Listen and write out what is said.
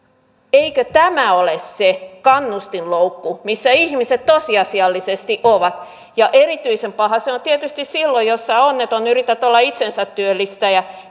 eikö tämä ole se kannustinloukku missä ihmiset tosiasiallisesti ovat ja erityisen paha se on tietysti silloin jos sinä onneton yrität olla itsensätyöllistäjä